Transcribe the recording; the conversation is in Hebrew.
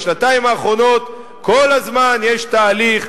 בשנתיים האחרונות כל הזמן יש תהליך.